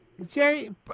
Jerry